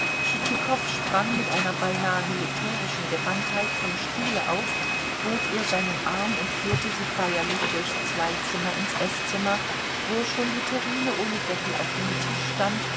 sprang mit einer beinahe militärischen gewandtheit vom stuhle auf bot ihr seinen arm und führte sie feierlich durch zwei zimmer ins eßzimmer wo schon die terrine ohne deckel auf dem tisch stand